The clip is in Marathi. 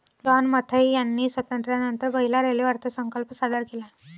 जॉन मथाई यांनी स्वातंत्र्यानंतर पहिला रेल्वे अर्थसंकल्प सादर केला